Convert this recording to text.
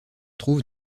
trouve